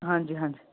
ਹਾਂਜੀ ਹਾਂਜੀ